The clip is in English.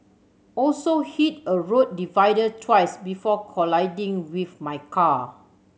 also hit a road divider twice before colliding with my car